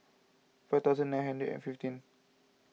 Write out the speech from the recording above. five thousand nine hundred and fifteen